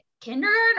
kindergarten